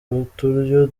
uturyo